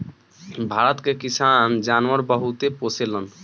भारत के किसान जानवर बहुते पोसेलन